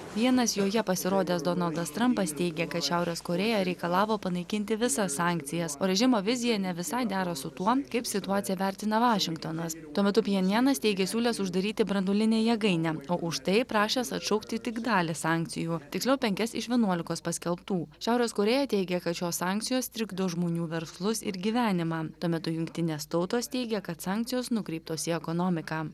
vienas joje pasirodęs donaldas trampas teigia kad šiaurės korėja reikalavo panaikinti visas sankcijas o režimo vizija ne visai dera su tuo kaip situaciją vertina vašingtonas tuo metu pjenjanas teigė siūlęs uždaryti branduolinę jėgainę o už tai prašęs atšaukti tik dalį sankcijų tiksliau penkias iš vienuolikos paskelbtų šiaurės korėja teigia kad šios sankcijos trikdo žmonių verslus ir gyvenimą tuo metu jungtinės tautos teigia kad sankcijos nukreiptos į ekonomiką